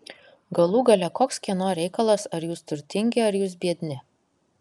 galų gale koks kieno reikalas ar jūs turtingi ar jūs biedni